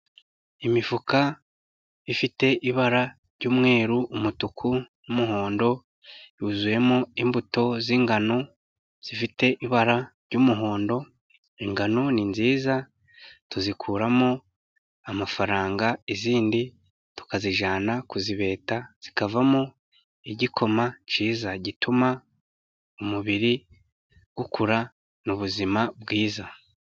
Imifuka ifite ibara ry'umweru, umutuku n'umuhondo, yuzuyemo imbuto z'ingano zifite ibara ry'umuhondo, ingano ni nziza tuzikuramo amafaranga, izindi tukazijyana kuzibeta, zikavamo igikoma cyiza gituma umubiri ukurana ubuzima bwiza.